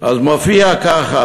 אז מופיע ככה.